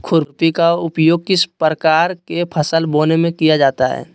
खुरपी का उपयोग किस प्रकार के फसल बोने में किया जाता है?